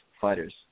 fighters